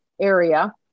area